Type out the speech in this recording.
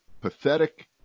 pathetic